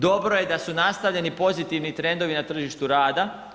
Dobro je da su nastavljeni pozitivni trendovi na tržištu rada.